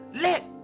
let